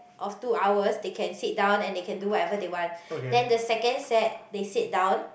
of two hours they can sit down and they can do whatever they want then the second set they sit down